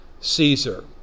Caesar